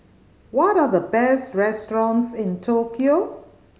what are the best restaurants in Tokyo